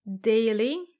daily